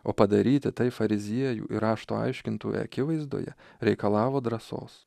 o padaryti tai fariziejų ir rašto aiškintojų akivaizdoje reikalavo drąsos